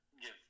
give